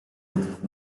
with